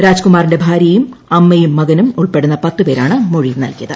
രാജ്കുമാറിന്റെ ഭാര്യയും അമ്മയും മകനും ഉൾപ്പെടുന്ന പേരാണ് മൊഴി നൽകിയത്